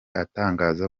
atangaza